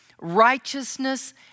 righteousness